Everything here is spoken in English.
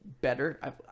better